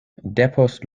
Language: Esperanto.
depost